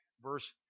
verse